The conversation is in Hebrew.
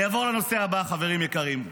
אני אעבור לנושא הבא, חברים יקרים.